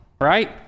right